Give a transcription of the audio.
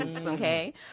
okay